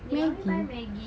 did mommy buy Maggi